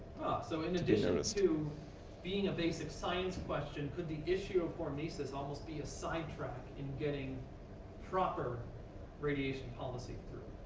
so in addition and to being a basic science question, could the issue of hormesis almost be a sidetrack in getting proper radiation policy through?